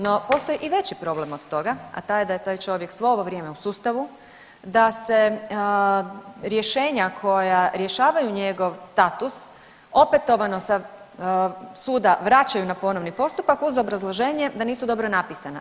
No, postoji i veći problem od toga, a taj je da je taj čovjek svo ovo vrijeme u sustavu, da se rješenja koja rješavaju njegov status opetovano sa suda vraćaju na ponovni postupak uz obrazloženje da nisu dobro napisana.